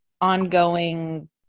ongoing